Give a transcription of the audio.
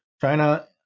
china